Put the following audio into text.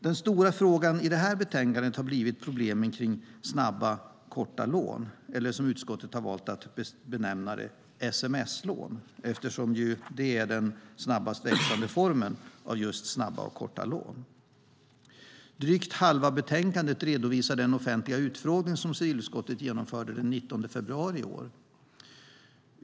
Den stora frågan i det här betänkandet har blivit problemen kring snabba, korta lån eller, som utskottet har valt att benämna det, sms-lån, eftersom det är den snabbast växande formen för just snabba, korta lån. Drygt halva betänkandet redovisar den offentliga utfrågning som civilutskottet genomförde den 19 februari i år.